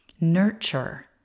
nurture